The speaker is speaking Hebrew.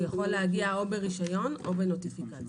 יכול להגיע או ברישיון או בנוטיפיקציה.